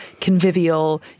convivial